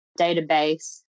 database